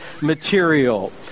material